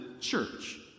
church